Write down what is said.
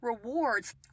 rewards